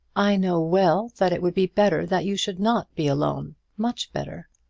i know well that it would be better that you should not be alone much better.